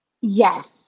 Yes